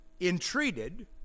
entreated